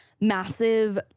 massive